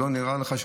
שלא נראה לך,